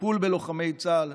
הטיפול בלוחמי צה"ל,